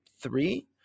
three